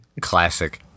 Classic